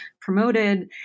promoted